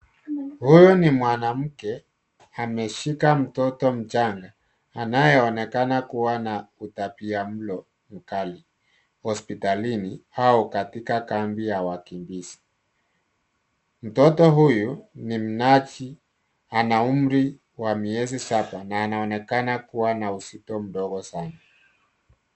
Huyu ni mwanamke ameshika mtoto mchanga anayeonekana kuwa na utapiamlo mkali hospitalini au katika kambi ya wakimbizi. Mtoto huyu ni mnaji, ana umri wa miezi saba na anaonekana kuwa na uzito mdogo sana.